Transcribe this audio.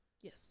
Yes